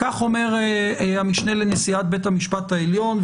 כך אומר המשנה לנשיאת בית המשפט העליון.